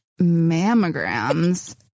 mammograms